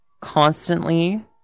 constantly